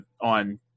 on